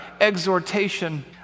exhortation